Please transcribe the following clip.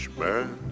man